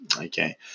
okay